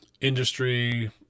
industry